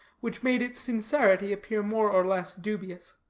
which made its sincerity appear more or less dubious.